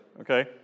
okay